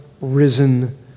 risen